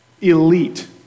elite